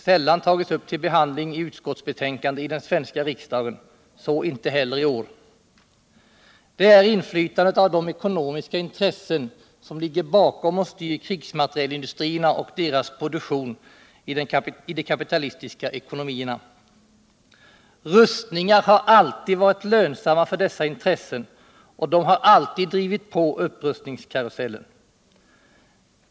sällan tagits upp vill behandling i utskottsbetänkandena i den svenska riksdagen, så inte heller i år. Dot är inflytandet av de ekonomiska intressen som ligger bakom och styr krigsmaterielindustrierna och deras produktion i de kapitalistiska ekonomierna. Rustningar har alltid varit lönsamma för dessa intressen, och de har afltid drivit på upprustningskaruseftlen.